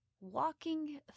walking